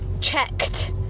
checked